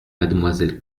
mademoiselle